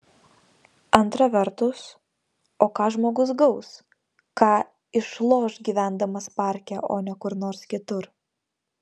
antra vertus o ką žmogus gaus ką išloš gyvendamas parke o ne kur nors kitur